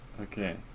Okay